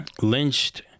lynched